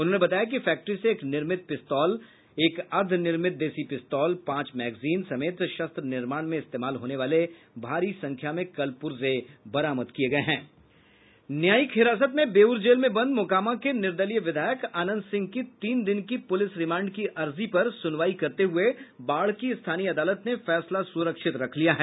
उन्होंने बताया कि फैक्टरी से एक निर्मित देशी पिस्तौल एक अर्द्धनिर्मित देशी पिस्तौल पांच मैगजीन समेत शस्त्र निर्माण में इस्तेमाल होने वाले भारी संख्या में कल पूर्जे बरामद किये गये हैं न्यायिक हिरासत में बेऊर जेल में बंद मोकामा के निर्दलीय विधायक अनंत सिंह की तीन दिन की पुलिस रिमांड की अर्जी पर पर सुनवाई करते हुए बाढ़ की स्थानीय अदालत ने फैसला सुरक्षित रख लिया है